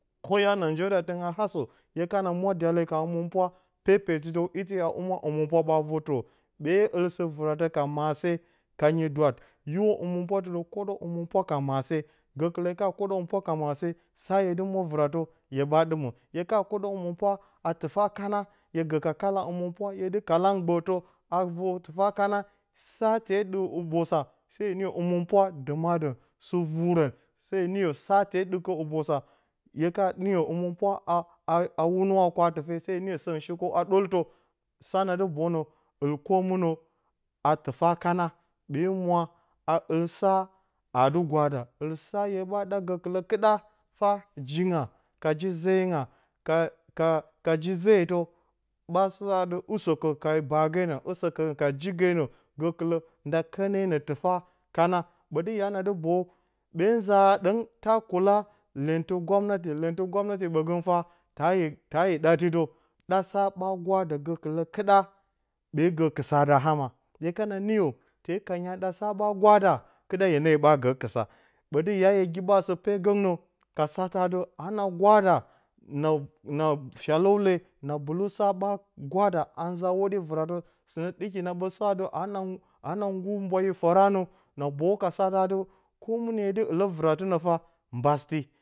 Ko ya najeriyatɨngɨn a hasǝ, hye kana mwadiyale ka hǝmɨnpwa, pepetɨ dǝw ite a humwa, hǝmɨnpwa ɓa vu tɨrǝ. Ɓe ɨl sɨ-vɨratǝ ka maase, kanyi dwat hiwo hǝmɨnpwatɨ dǝw, koɗǝ hǝmɨnpwa ka maase. Gǝkɨlǝ hye kana koɗǝ hǝmɨnpwa ka maase, sa hye dɨ mwo vɨratǝ hye ɓa ɗɨmǝ. hye ka koɗǝ hǝmɨnpwa a tɨfa kana, hye gǝ ka kala hǝmɨnpwa, hye dɨ kalan gbǝǝtǝ avor tɨfa kana, sa tee ɗɨk hubosa, hye niyo hǝmɨnpwa dima dǝn sɨ vu rǝn. so hye niyo sa tee ɗɨkǝ hubosa, hye ka ɗiyo hǝmɨnpwa a wunǝw a kwa-tɨfe, hye niyo sǝngɨn shikǝw a ɗoltǝ. Sa na dɨ boyu nǝ ɨl mɨnǝ a tɨfa kana. Ɓe mwa a ɨl sa aa dɨ gwada. Sa hye ɓa ɗa gǝkɨlǝ kɨɗa, jinga ka ji zǝryinga ka ji zetǝ ɓa sa atɨ. usǝkǝ ka baagenǝ usǝkǝ ka jigenǝ. Gǝkɨlǝ nda kǝnenǝ tɨfa kana. Ɓǝtɨ ya na dɨ boyu, ɓe nza ɗǝng ta kula lyentɨ nggwamnati. Lyentɨ nggwamnati ɓǝgǝng taa yǝ ɗati dǝ. Ɗa sa ɓa gwa da gǝkɨlǝ kɨɗa ɓe gǝ kɨsa da ama. hye kana niyo tee kanyi a ɗa sa ɓa gwa da, kɨɗa hye ne ɓa gǝ kɨsa. Ɓǝtɨ ya hye giɓa a sɨ pe gǝtɨnǝ, ka satǝ atɨ, a na gwa da, na, na shalǝw le, na bɨlu sa ɓa gwa da a nza hwoɗyi vɨratǝ. Sǝngɨn ɗiki na sa a na nggur mbwayi fǝranǝ na boyu ka satǝ atɨ, ko mɨnǝ hye dɨ ɨlǝ vɨratɨnǝ mbasɨti.